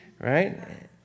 right